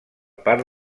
part